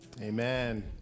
amen